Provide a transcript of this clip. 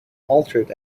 altered